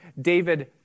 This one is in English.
David